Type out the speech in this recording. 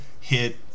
hit